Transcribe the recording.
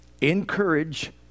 encourage